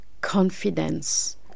confidence